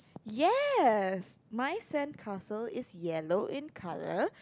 yes my sandcastle is yellow in colour